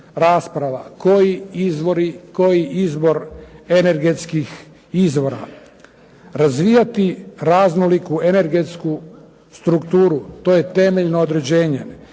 koji izbor energetskih izvora. Razvijati raznoliku energetsku strukturu to je temeljno određenje.